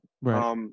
Right